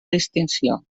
distinció